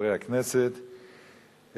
חברי הכנסת,